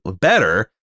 better